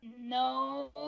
No